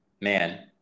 Man